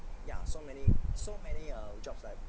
ya so many so many uh jobs like